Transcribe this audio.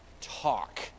talk